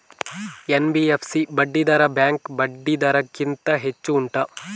NBFC ಬಡ್ಡಿ ದರ bank ಬಡ್ಡಿ ದರ ಗಿಂತ ಹೆಚ್ಚು ಉಂಟಾ